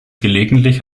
gelegentlich